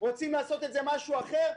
רוצים לעשות את זה משהו אחר?